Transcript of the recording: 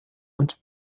und